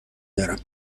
دارم